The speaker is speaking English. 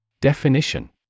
Definition